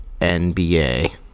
nba